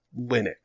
linux